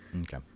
Okay